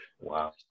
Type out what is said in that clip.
Wow